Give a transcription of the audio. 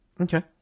Okay